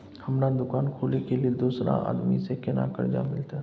हमरा दुकान खोले के लेल दूसरा आदमी से केना कर्जा मिलते?